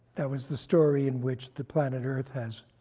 that was the story in which the planet earth has